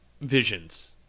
visions